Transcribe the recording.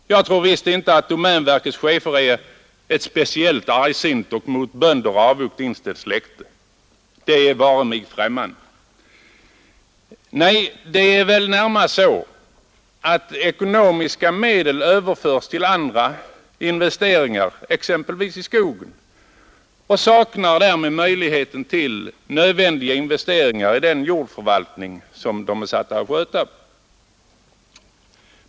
Jag tror visst inte att domänverkets chefer är av ett speciellt argsint och mot bönder avogt inställt släkte. Det vare mig främmande. Nej, det är väl närmast så att ekonomiska medel överförs i andra investeringar, exempelvis i skogen, och därför saknas det möjligheter att göra nödvändiga investeringar i den jordförvaltning som de är satta att sköta.